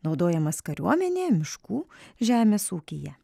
naudojamas kariuomenėje miškų žemės ūkyje